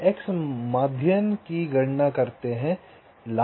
आप एक्स माध्यियन की गणना करते हैं